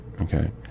Okay